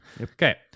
Okay